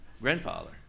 grandfather